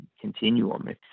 continuum